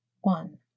one